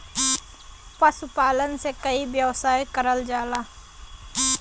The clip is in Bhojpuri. पशुपालन से कई व्यवसाय करल जाला